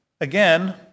Again